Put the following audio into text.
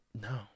no